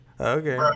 Okay